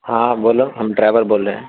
ہاں بولو ہم ڈرائیور بول رہے ہیں